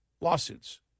Lawsuits